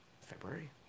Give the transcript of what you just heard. February